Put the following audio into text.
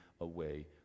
away